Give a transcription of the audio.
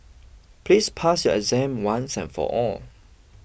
please pass your exam once and for all